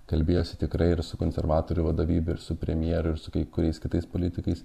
kalbėjosi tikrai ir su konservatorių vadovybe ir su premjeru ir su kai kuriais kitais politikais